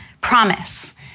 promise